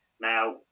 Now